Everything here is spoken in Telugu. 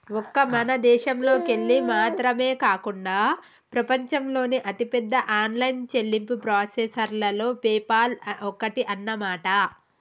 ఒక్క మన దేశంలోకెళ్ళి మాత్రమే కాకుండా ప్రపంచంలోని అతిపెద్ద ఆన్లైన్ చెల్లింపు ప్రాసెసర్లలో పేపాల్ ఒక్కటి అన్నమాట